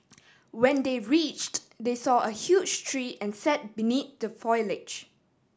when they reached they saw a huge tree and sat beneath the foliage